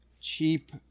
cheap